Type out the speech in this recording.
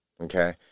Okay